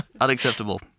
Unacceptable